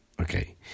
Okay